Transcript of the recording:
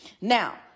Now